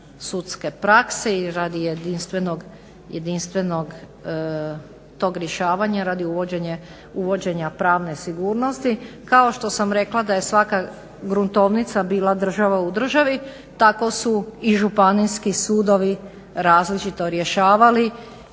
sudske prakse i radi jedinstvenog tog rješavanja radi uvođenja pravne sigurnosti. Kao što sam rekla da je svaka gruntovnica bila država u državi tako su i županijski sudovi različito rješavali